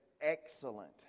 excellent